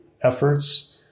efforts